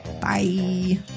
Bye